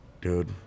Dude